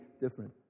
different